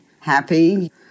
happy